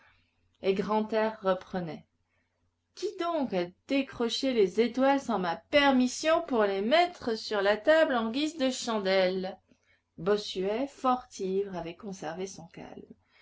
et grantaire reprenait qui donc a décroché les étoiles sans ma permission pour les mettre sur la table en guise de chandelles bossuet fort ivre avait conservé son calme